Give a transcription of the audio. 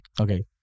Okay